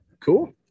Cool